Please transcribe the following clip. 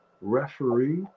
referee